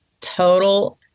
total